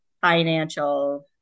financial